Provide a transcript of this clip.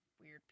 weird